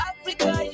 Africa